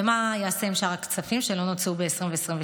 ומה ייעשה עם שאר הכספים שלא נוצלו ב-2022?